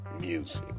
music